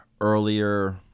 earlier